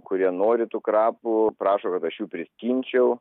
kurie nori tų krapų prašo kad aš jų priskinčiau